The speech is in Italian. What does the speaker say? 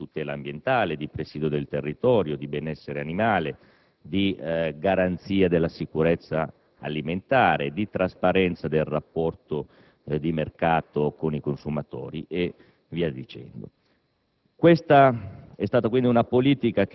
per fini di tutela ambientale, di presidio del territorio, di benessere animale, di garanzia della sicurezza alimentare, di trasparenza del rapporto di mercato con i consumatori e altro